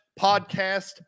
podcast